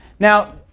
now,